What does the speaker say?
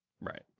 Right